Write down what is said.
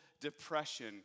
depression